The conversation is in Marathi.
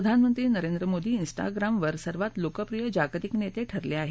प्रधानमंत्री नरेन्द्र मोदी इंस्टाग्रामवर सर्वात लोकप्रिय जागतिक नेते ठरले आहेत